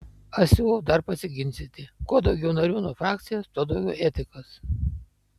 aš siūlau dar pasiginčyti kuo daugiau narių nuo frakcijos tuo daugiau etikos